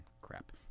Crap